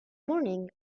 morning